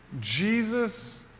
Jesus